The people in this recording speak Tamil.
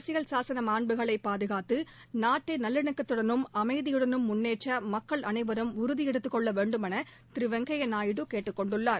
அரசியல் சாசன மாண்புகளை பாதுகாத்து நாட்டை நல்லிணக்கத்துடனும் அமைதியுடனும் முன்னேற்ற மக்கள் அனைவரும் உறுதி எடுத்துக்கொள்ள வேண்டும் என திரு வெங்கையா நாயுடு கேட்டுக்கொண்டுள்ளார்